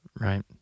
right